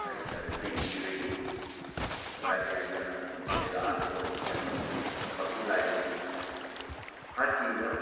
ते अच्छा भिंडी होई हून अग्गें आई जाना सीजन एह्दा आलू लग्गी जाने न मक्की लाई दी ऐ हर चीज दा